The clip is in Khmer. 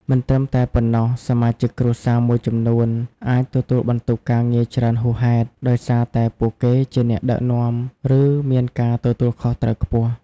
មិនត្រឹមតែប៉ុណ្ណោះ សមាជិកគ្រួសារមួយចំនួនអាចទទួលបន្ទុកការងារច្រើនហួសហេតុ ដោយសារតែពួកគេជាអ្នកដឹកនាំ ឬមានការទទួលខុសត្រូវខ្ពស់។